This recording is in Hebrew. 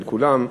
של כולם,